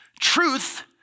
Truth